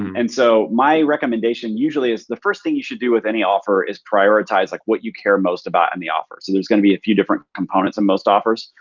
and so my recommendation usually is the first thing you should do with any offer is prioritize like what you care most about in the offer. so there's gonna be a few different components in most offers.